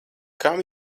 kam